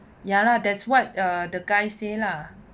ya lah that's what err the guy say lah